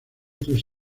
tres